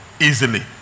easily